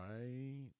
Right